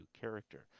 character